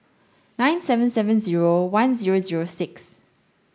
nine seven seven zero one zero zero six